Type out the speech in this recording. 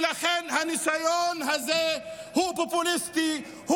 ולכן הניסיון הזה הוא פופוליסטי,